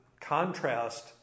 contrast